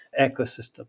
ecosystem